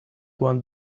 want